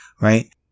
right